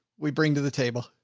we bring to the table.